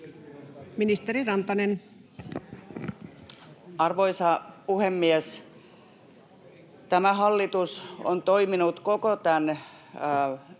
Ministeri Rantanen. Arvoisa puhemies! Tämä hallitus on toiminut koko tämän Venäjän